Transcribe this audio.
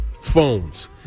phones